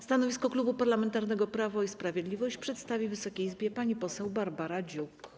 Stanowisko Klubu Parlamentarnego Prawo i Sprawiedliwość przedstawi Wysokiej Izbie pani poseł Barbara Dziuk.